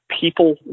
people